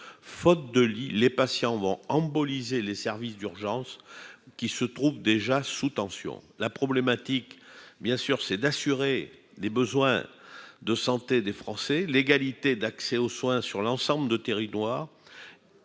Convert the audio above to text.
faute de lits, les patients vont en Bolliger les services d'urgence qui se trouve déjà sous tension, la problématique, bien sûr, c'est d'assurer les besoins de santé des Français l'égalité d'accès aux soins sur l'ensemble du territoire